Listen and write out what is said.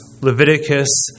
Leviticus